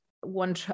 one